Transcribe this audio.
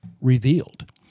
revealed